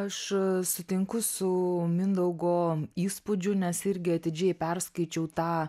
aš sutinku su mindaugo įspūdžiu nes irgi atidžiai perskaičiau tą